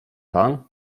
pan